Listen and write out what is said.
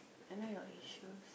I know your issues